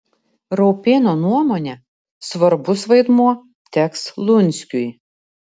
raupėno nuomone svarbus vaidmuo teks lunskiui